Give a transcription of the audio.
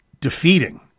Defeating